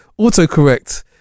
Autocorrect